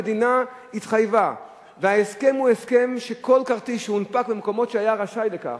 המדינה התחייבה וההסכם הוא הסכם שכל כרטיס שהונפק במקום שהיה רשאי לכך,